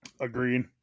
Agreed